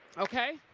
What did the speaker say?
okay?